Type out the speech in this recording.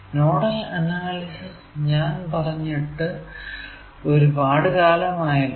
nodal analysis ഞാൻ പറഞ്ഞിട്ട് ഒരുപാടു കാലമായല്ലോ